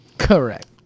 Correct